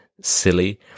silly